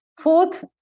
fourth